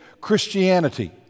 Christianity